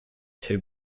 two